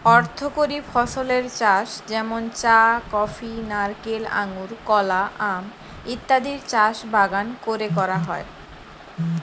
অর্থকরী ফসলের চাষ যেমন চা, কফি, নারকেল, আঙুর, কলা, আম ইত্যাদির চাষ বাগান কোরে করা হয়